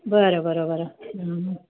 बरं बरं बरं हं हं